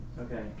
Okay